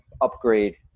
Upgrade